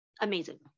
amazing